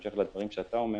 בהמשך לדברים שאתה אומר,